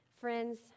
Friends